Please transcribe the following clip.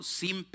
sin